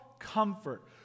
comfort